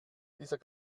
dieser